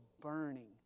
burning